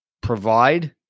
provide